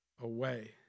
away